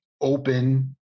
open